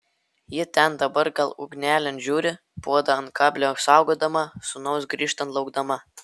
ji ten dabar gal ugnelėn žiūri puodą ant kablio saugodama sūnaus grįžtant laukdama